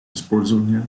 использование